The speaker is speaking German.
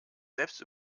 selbst